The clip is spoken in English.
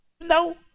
no